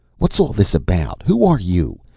what's all this about? who are you?